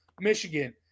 Michigan